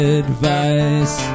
advice